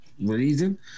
reason